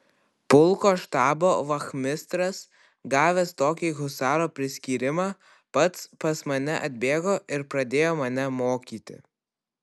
pulko štabo vachmistras gavęs tokį husaro priskyrimą pats pas mane atbėgo ir pradėjo mane mokyti